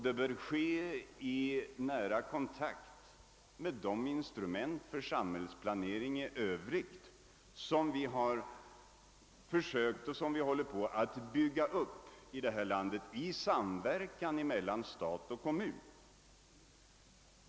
Det bör ske också i nära kontakt med de organ för samhällsplanering i övrigt som vi har försökt att bygga upp i landet i samverkan mellan stat och kommun.